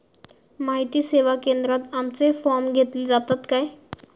माहिती सेवा केंद्रात आमचे फॉर्म घेतले जातात काय?